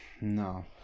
No